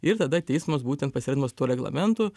ir tada teismas būtent pasiremdamas tuo reglamentu